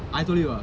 I told you ah